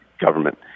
government